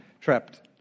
trapped